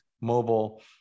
mobile